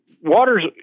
water's